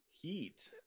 Heat